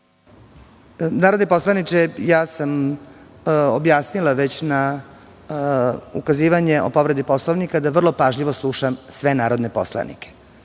Narodni poslaniče, ja sam već objasnila na ukazivanje o povredi Poslovnika, da vrlo pažljivo slušam sve narodne poslanike,